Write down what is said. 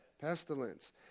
Pestilence